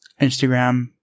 Instagram